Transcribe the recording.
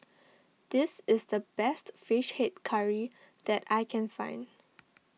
this is the best Fish Head Curry that I can find